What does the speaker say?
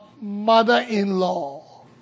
mother-in-law